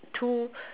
to